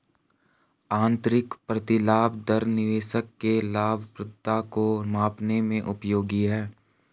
आंतरिक प्रतिलाभ दर निवेशक के लाभप्रदता को मापने में उपयोगी है